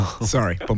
Sorry